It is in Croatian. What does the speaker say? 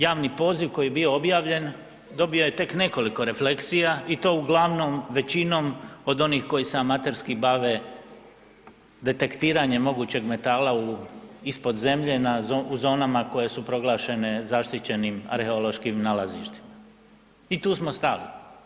Javni poziv koji je bio objavljen dobio je tek nekoliko refleksija i to uglavnom većinom od onih koji se amaterski bave detektiranjem mogućeg metala ispod zemlje u zonama koje su proglašene zaštićenim arheološkim nalazištima i tu smo stali.